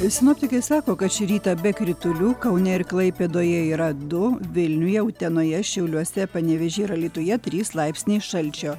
sinoptikai sako kad šį rytą be kritulių kaune ir klaipėdoje yra du vilniuje utenoje šiauliuose panevėžyje ir alytuje trys laipsniai šalčio